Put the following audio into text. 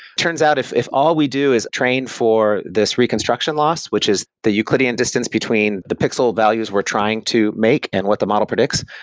turns out, if if all we do is train for this reconstruction loss, which is the euclidean distance between the pixel values we're trying to make and what the model predicts,